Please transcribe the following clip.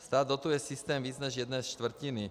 Stát dotuje systém víc než z jedné čtvrtiny.